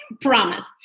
promise